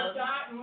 dot